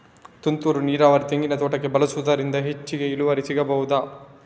ತುಂತುರು ನೀರಾವರಿ ತೆಂಗಿನ ತೋಟಕ್ಕೆ ಬಳಸುವುದರಿಂದ ಹೆಚ್ಚಿಗೆ ಇಳುವರಿ ಸಿಕ್ಕಬಹುದ?